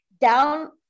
down